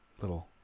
little